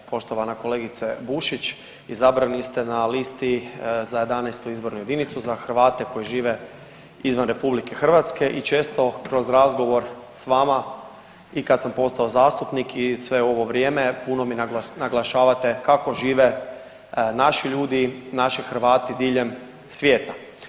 Poštovana kolegice Bušić izabrani ste na listi za 11. izbornu jedinicu za Hrvate koji žive izvan RH i često kroz razgovor s vama i kad sam postao zastupnik i sve ovo vrijeme puno naglašavate kako žive naši ljudi, naši Hrvati diljem svijeta.